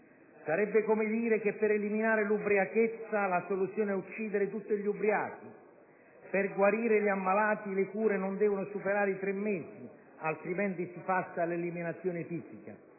Sarebbe come dire che, per eliminare l'ubriachezza, la soluzione è uccidere tutti gli ubriachi o che, per guarire gli ammalati, le cure non devono superare i tre mesi, altrimenti si passa all'eliminazione fisica.